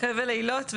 חבל אילות,